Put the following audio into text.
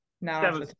now